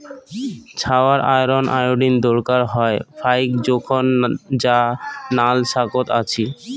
ছাওয়ার iron, iodine দরকার হয় ফাইক জোখন যা নাল শাকত আছি